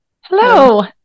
Hello